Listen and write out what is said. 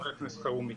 חבר הכנסת אלחרומי.